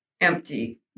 empty